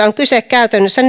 on kyse käytännössä